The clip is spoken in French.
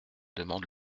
demande